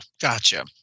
gotcha